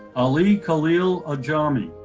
ollie khalil ah ajami.